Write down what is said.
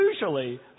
usually